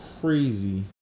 crazy